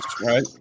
right